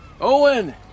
Owen